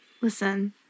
Listen